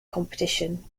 competition